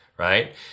Right